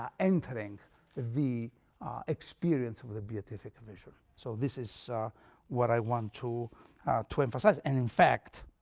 ah entering the experience of the beatific vision. so this is what i want to to emphasize, and in fact,